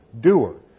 doer